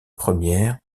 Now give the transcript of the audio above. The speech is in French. première